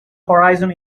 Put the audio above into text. horizon